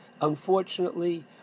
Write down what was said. Unfortunately